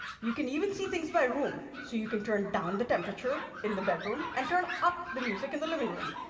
you can even see things by room so you can turn down the temperature in the bedroom and turn up the music in the living room.